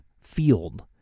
field